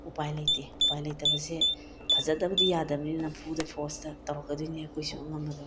ꯎꯄꯥꯏ ꯂꯩꯇꯦ ꯎꯄꯥꯏ ꯂꯩꯇꯕꯁꯦ ꯐꯖꯗꯕꯗꯤ ꯌꯥꯗꯝꯅꯤꯅ ꯅꯝꯐꯨꯗ ꯐꯣꯔꯁꯇ ꯇꯧꯔꯛꯀꯗꯣꯏꯅꯤ ꯑꯩꯈꯣꯏꯁꯨ ꯑꯉꯝꯕꯗꯣ